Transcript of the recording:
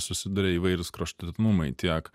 susiduria įvairūs kraštutinumai tiek